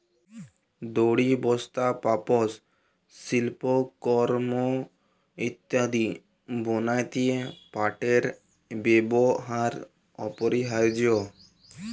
দড়ি, বস্তা, পাপস, সিল্পকরমঅ ইত্যাদি বনাত্যে পাটের ব্যেবহার অপরিহারয অ